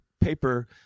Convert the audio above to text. paper